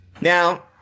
now